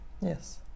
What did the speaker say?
Yes